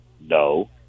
No